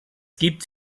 gibt